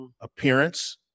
appearance